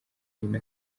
nyina